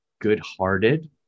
good-hearted